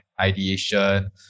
ideation